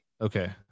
Okay